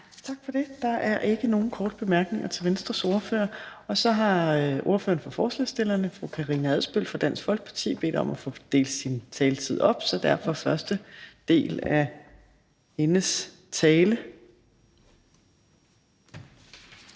Tak for det. Der er ikke nogen korte bemærkninger til Venstres ordfører. Så har ordføreren for forslagsstillerne, fru Karina Adsbøl fra Dansk Folkeparti, bedt om at få delt sin taletid op, så nu er det derfor første del af hendes tale.